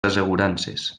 assegurances